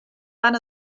van